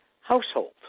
household